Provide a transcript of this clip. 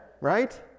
right